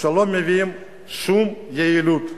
לא מביאים שום יעילות,